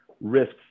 risks